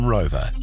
Rover